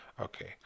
Okay